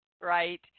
right